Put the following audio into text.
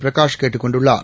பிரகாஷ் கேட்டுக் கொண்டுள்ளார்